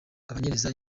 abanyereza